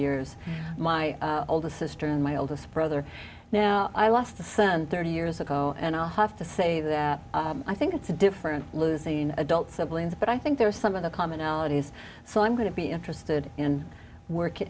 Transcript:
years my oldest sister and my oldest brother now i lost a son thirty years ago and i'll have to say that i think it's a different losing adult siblings but i think there are some of the commonalities so i'm going to be interested in working